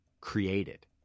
created